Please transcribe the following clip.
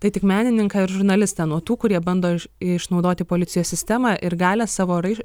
tai tik menininką ir žurnalistą nuo tų kurie bando išnaudoti policijos sistemą ir galią savo rai